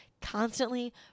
constantly